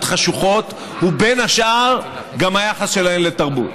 חשוכות הוא בין השאר היחס שלהן לתרבות.